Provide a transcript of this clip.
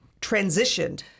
transitioned